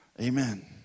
Amen